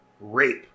rape